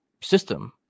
system